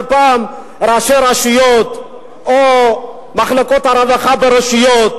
שפעם ראשי רשויות או מחלקות הרווחה ברשויות